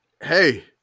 hey